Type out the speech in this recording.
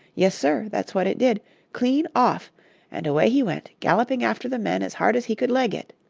yes, sir that's what it did clean off and away he went galloping after the men as hard as he could leg it.